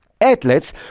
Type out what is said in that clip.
athletes